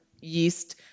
yeast